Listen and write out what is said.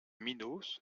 minos